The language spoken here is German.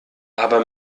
aber